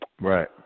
Right